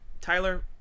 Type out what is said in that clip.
Tyler